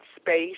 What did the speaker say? space